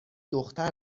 دختر